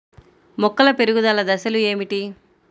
మొక్కల పెరుగుదల దశలు ఏమిటి?